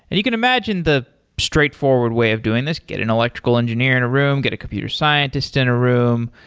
and you can imagine the straightforward way of doing this, get an electrical engineer in a room, get a computer scientist in a room,